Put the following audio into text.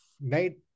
night